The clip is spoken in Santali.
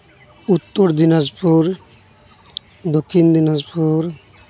ᱩᱛᱛᱚᱨ ᱫᱤᱱᱟᱡᱽᱯᱩᱨ ᱫᱚᱠᱠᱷᱤᱱ ᱫᱤᱱᱟᱡᱽᱯᱩᱨ